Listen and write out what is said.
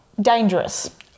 dangerous